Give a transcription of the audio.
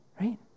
Right